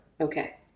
Okay